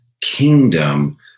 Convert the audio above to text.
kingdom